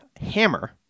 hammer